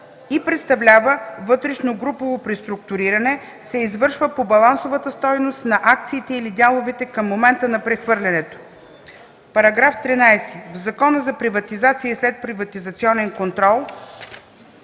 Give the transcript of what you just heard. и представлява вътрешногрупово преструктуриране, се извършва по балансовата стойност на акциите или дяловете към момента на прехвърлянето.” § 13. В Закона за приватизация и следприватизационен контрол